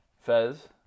Fez